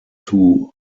two